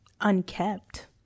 unkept